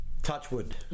Touchwood